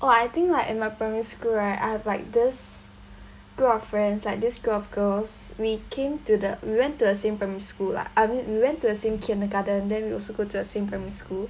!wah! I think like in my primary school right I have like this group of friends like this group of girls we came to the we went to the same primary school lah I mean we went to the same kindergarten then we also go to the same primary school